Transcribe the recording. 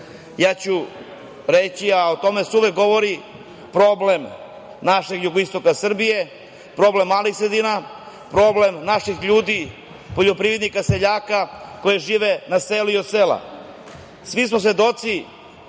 reći ću, a o tome se uvek i govori, problem našeg jugoistoka Srbije, problem malih sredina, problem naših ljudi, poljoprivrednika, seljaka koji žive na selu i od sela. Svi smo svedoci